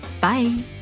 Bye